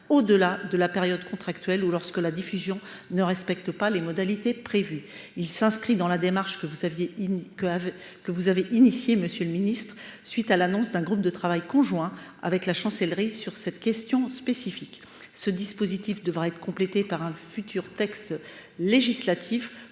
au delà de la période contractuelle ou lorsque la diffusion ne respecte pas les modalités prévues. Il s’inscrit dans la démarche que vous avez engagée, monsieur le ministre, en annonçant la constitution d’un groupe de travail conjoint avec la Chancellerie sur cette question spécifique. Ce dispositif devra être complété par une future loi